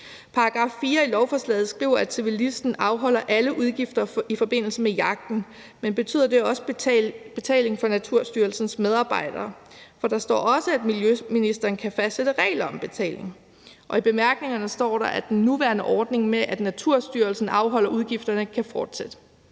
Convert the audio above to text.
I § 4 i lovforslaget står der, at civillisten afholder alle udgifter i forbindelse med jagten, men betyder det også betaling for Naturstyrelsens medarbejdere? For der står også, at miljøministeren kan fastsætte regler om betaling. Og i bemærkningerne står der, at den nuværende ordning om, at Naturstyrelsen afholder udgifterne, kan fortsætte.